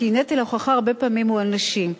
כי נטל ההוכחה הרבה פעמים הוא על נשים.